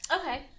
Okay